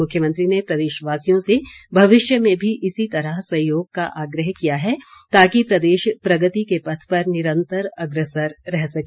मुख्यमंत्री ने प्रदेशवासियों से भविष्य में भी इसी तरह सहयोग का आग्रह किया है ताकि प्रदेश प्रगति के पथ पर निरंतर अग्रसर रह सके